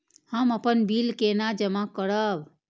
हम अपन बिल केना जमा करब?